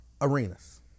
arenas